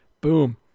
Boom